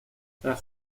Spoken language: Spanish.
tras